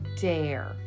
dare